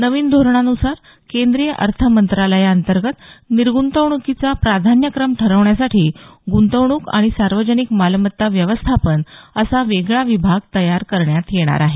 नवीन धोरणानुसार केंद्रीय अर्थमंत्रालया अंतर्गत निर्गृंतवणुकीचा प्राधान्यक्रम ठरवण्यासाठी ग्रंतवणूक आणि सार्वजनिक मालमत्ता व्यवस्थापन असा वेगळा विभाग तयार करण्यात येणार आहे